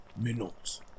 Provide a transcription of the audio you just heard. minutes